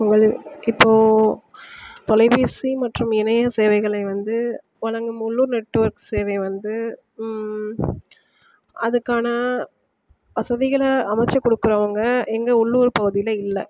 உங்கள் இப்போ தொலைபேசி மற்றும் இணைய சேவைகளை வந்து வழங்கும் முழு நெட்வொர்க் சேவை வந்து அதுக்கான வசதிகளை அமைச்சி கொடுக்குறவங்க எங்கள் உள்ளூர் பகுதியில இல்லை